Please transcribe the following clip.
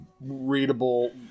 readable